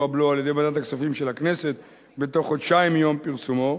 הבלו על-ידי ועדת הכספים של הכנסת בתוך חודשיים מיום פרסומו,